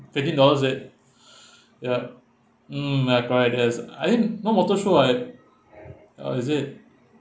fifteen dollars is it yup mm at fridays I didn't no water show right oh is it